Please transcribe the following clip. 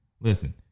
Listen